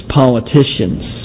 politicians